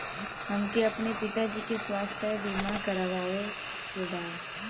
हमके अपने पिता जी के स्वास्थ्य बीमा करवावे के बा?